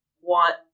want